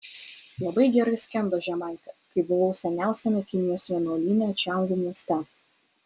labai gerai skendo žemaitė kai buvau seniausiame kinijos vienuolyne čiangu mieste